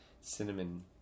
Cinnamon